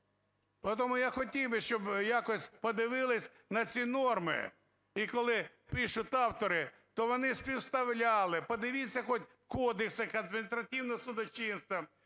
Тому я хотів би, щоб якось подивились на ці норми, і коли пишуть автори, то вони співставляли. Подивіться хоч Кодекс адміністративного судочинства,